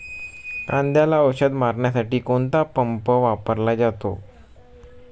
कांद्याला औषध मारण्यासाठी कोणता पंप वापरला जातो?